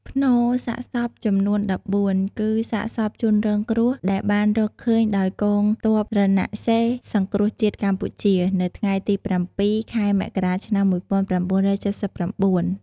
ផ្នូរសាកសពចំនួន១៤ គឺសាកសពជនរងគ្រោះ ដែលបានរកឃើញដោយកងទ័ពរណសិរ្សសង្គ្រោះជាតិកម្ពុជា នៅថ្ងៃទី៧ ខែមករា ឆ្នាំ១៩៧៩។